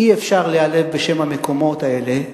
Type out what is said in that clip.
אי-אפשר להיעלב בשם המקומות האלה,